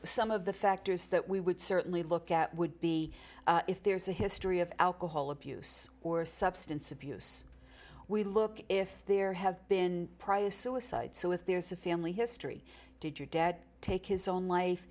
some of the factors that we would certainly look at would be if there's a history of alcohol abuse or substance abuse we look if there have been prior suicides so if there's a family history did your dad take his own life